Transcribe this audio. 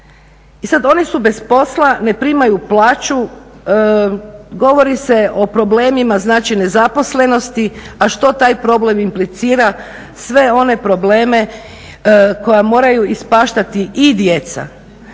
I sad oni su bez posla, ne primaju plaću. Govori se o problemima, znači nezaposlenosti a što taj problem implicira sve one probleme koja moraju ispaštati i djeca.